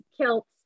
kilts